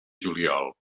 juliol